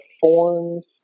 forms